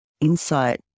insight